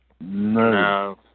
No